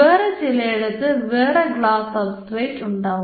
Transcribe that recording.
വേറെ ചിലയിടത്ത് വേറെ ഗ്ലാസ് സബ്സ്ട്രേറ്റ് ഉണ്ടാകും